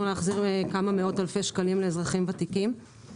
להחזיר כמה מאות אלפי שקלים לאזרחים ותיקים.